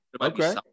Okay